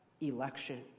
election